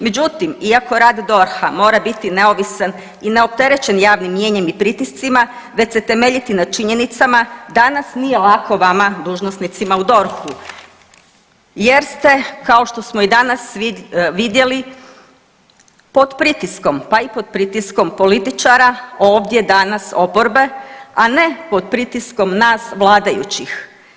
Međutim, iako rad DORH-a mora biti neovisan i neopterećen javnim mnijenjem i pritiscima, već se temeljiti na činjenicama, danas nije lako vama dužnosnicima u DORH-u jer ste, kao što smo i danas vidjeli, pod pritiskom, pa i pod pritiskom političara ovdje danas, oporbe, a ne pod pritiskom nas vladajućih.